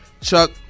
Chuck